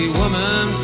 woman